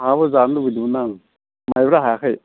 माबाबो जानो लुबैदोंमोन आं माइब्रा हायाखै